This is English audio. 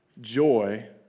joy